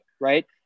right